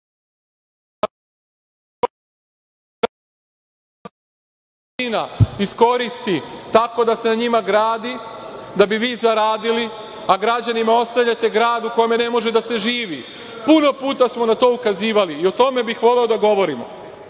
iskoristi tako da se na njima gradi, da bi vi zaradili, a građanima ostavljate grad u kome ne može da se živi. Puno puta smo na to ukazivali i o tome bih voleo da govorimo. Voleo